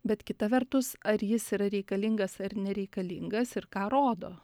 bet kita vertus ar jis yra reikalingas ar nereikalingas ir ką rodo